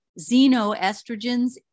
xenoestrogens